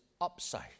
upside